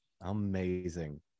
Amazing